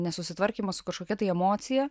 nesusitvarkymas su kažkokia tai emocija